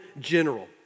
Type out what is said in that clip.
general